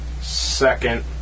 second